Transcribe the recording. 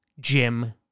Jim